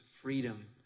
freedom